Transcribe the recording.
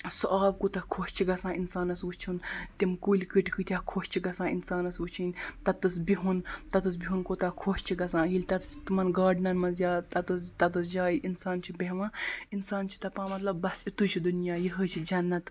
سُہ آب کوٗتاہ خۄش چھِ گژھان اِنسانَس وُچھُن تِم کُلۍ کٔٹۍ کۭتیٛیاہ خۄش چھِ گژھان اِنسانَس وُچھِنۍ تَتس بِہُن تَتَس بِہُن کوٗتاہ خۄش چھِ گژھان ییٚلہِ تَتس تِمَن گاڈنَن منٛز یا تَتَس تَتس جایہِ اِنسان چھُ بیٚہوان اِنسان چھُ دَپان مطلب بَس یِتُے چھُ دُنیا یِہوٚے چھِ جنت